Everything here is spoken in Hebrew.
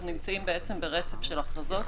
אנחנו נמצאים ברצף של הכרזות,